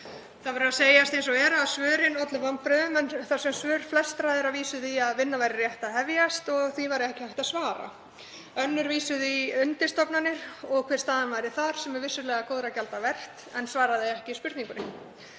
Það verður að segjast eins og er að svörin ollu vonbrigðum þar sem svör flestra vísuðu í að vinna væri rétt að hefjast og því væri ekki hægt að svara. Önnur vísuðu í undirstofnanir og hver staðan væri þar sem er vissulega góðra gjalda vert en spurningunni